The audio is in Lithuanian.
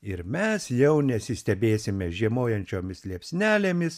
ir mes jau nesistebėsime žiemojančiomis liepsnelėmis